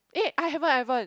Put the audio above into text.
eh I haven't I haven't